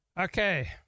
Okay